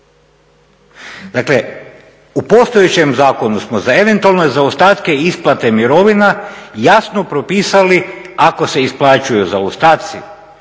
Dakle, u postojećem zakonu smo za eventualne zaostatke isplate mirovina jasno propisali ako se isplaćuju zaostaci